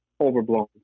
overblown